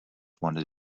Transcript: wanted